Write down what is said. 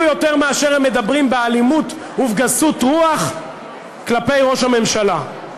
יותר מאשר הם מדברים באלימות ובגסות רוח כלפי ראש הממשלה.